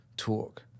Talk